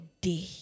day